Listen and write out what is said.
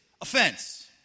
offense